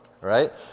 right